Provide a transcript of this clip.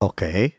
Okay